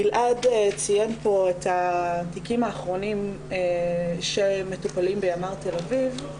ציין כאן גלעד את התיקים האחרונים שמטופלים בימ"ר תל אביב.